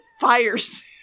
fires